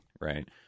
right